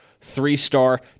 three-star